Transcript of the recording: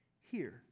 Here